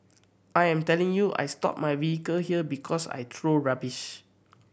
I am telling you I stop my vehicle here because I throw rubbish